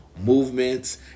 movements